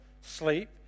sleep